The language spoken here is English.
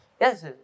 yes